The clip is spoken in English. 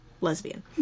lesbian